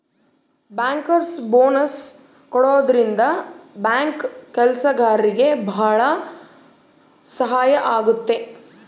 bankers bonus ಕೊಡೋದ್ರಿಂದ bank ಕೆಲ್ಸಗಾರ್ರಿಗೆ ಭಾಳ ಸಹಾಯ ಆಗುತ್ತೆ